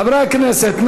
חברי הכנסת,